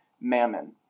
mammon